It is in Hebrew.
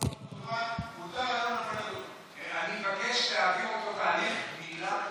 אני מבקש להעביר אותו תהליך גמילה,